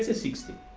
ah sixty,